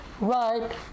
right